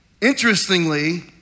interestingly